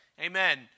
Amen